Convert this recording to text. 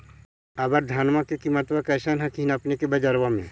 अबर धानमा के किमत्बा कैसन हखिन अपने के बजरबा में?